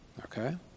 Okay